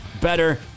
better